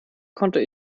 konnte